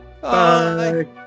Bye